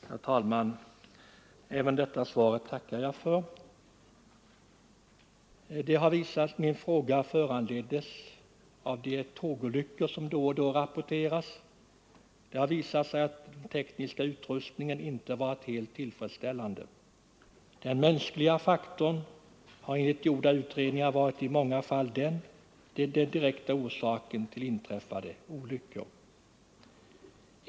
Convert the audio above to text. Herr talman! Jag ber att till statsrådet få framföra ett tack för svaret på min enkla fråga. Denna föranleds av de tågolyckor som då och då rapporteras. Det har visat sig att den tekniska utrustningen inte varit helt tillfredsställande. Den mänskliga faktorn har enligt gjorda utredningar i många fall varit den direkta orsaken till inträffade olyckor.